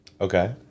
Okay